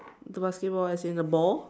the basketball as in the ball